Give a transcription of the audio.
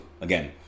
Again